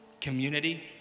community